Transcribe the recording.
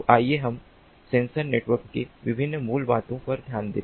तो आइए हम सेंसर नेटवर्कों के विभिन्न मूल बातों पर ध्यान दें